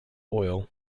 oil